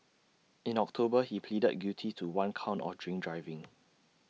in October he pleaded guilty to one count of drink driving